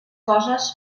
coses